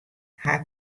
haw